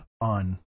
on